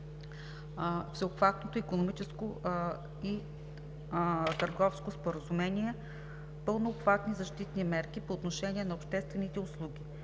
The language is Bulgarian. Всеобхватното икономическо и търговско споразумение пълнообхватни защитни мерки по отношение на обществените услуги.